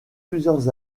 plusieurs